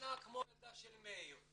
קטנה כמו הילדה של מאיר,